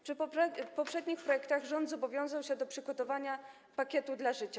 Przy poprzednich projektach rząd zobowiązał się do przygotowania pakietu dla życia.